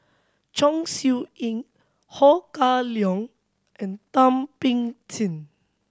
Chong Siew Ying Ho Kah Leong and Thum Ping Tjin